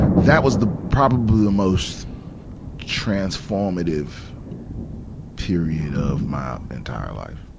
that was the, probably the most transformative period of my entire life.